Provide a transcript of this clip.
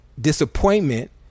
disappointment